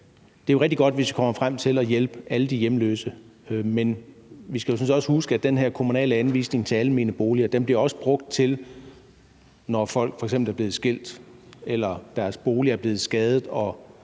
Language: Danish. rigtig godt, hvis vi kommer frem til at hjælpe alle de hjemløse, men vi skal jo sådan set også huske, at den her kommunale anvisning til almene boliger også bliver brugt til folk, der f.eks. er blevet skilt eller hvis bolig er blevet beskadiget,